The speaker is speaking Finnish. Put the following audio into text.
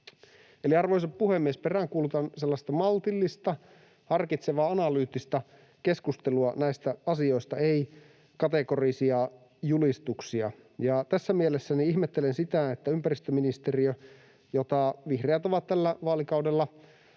arvoisa puhemies, peräänkuulutan maltillista, harkitsevaa, analyyttista keskustelua näistä asioista, en kategorisia julistuksia. Tässä mielessä ihmettelen sitä, että ympäristöministeriö, jota vihreät ovat tällä vaalikaudella